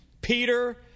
Peter